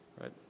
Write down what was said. right